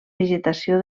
vegetació